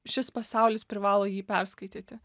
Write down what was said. šis pasaulis privalo jį perskaityti